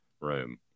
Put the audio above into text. room